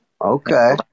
Okay